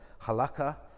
halakha